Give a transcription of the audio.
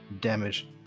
damage